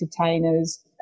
entertainers